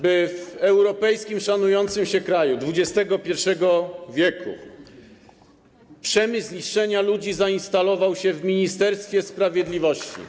by w europejskim, szanującym się kraju XXI w. przemysł niszczenia ludzi zainstalował się w Ministerstwie Sprawiedliwości.